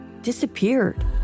disappeared